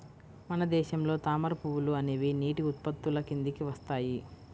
మన దేశంలో తామర పువ్వులు అనేవి నీటి ఉత్పత్తుల కిందికి వస్తాయి